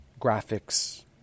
graphics